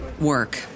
work